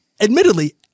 Admittedly